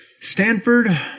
Stanford